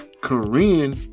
Korean